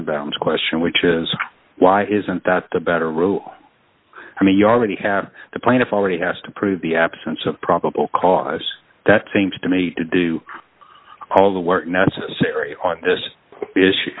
rosenbaum question which is why isn't that the better rule i mean you already have the plaintiff already has to prove the absence of probable cause that seems to me to do all the work necessary on this issue